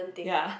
ya